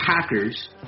Packers